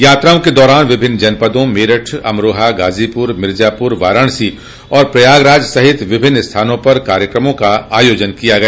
यात्राओं के दौरान विभिन्न जनपदों मेरठ अमरोहा गाजीपुर मिर्जापुर वाराणसी और प्रयागराज सहित विभिन्न स्थानों पर कार्यक्रमों का आयोजन किया गया